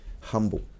humble